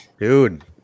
dude